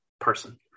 person